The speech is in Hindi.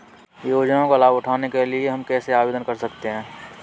योजनाओं का लाभ उठाने के लिए हम कैसे आवेदन कर सकते हैं?